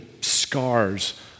scars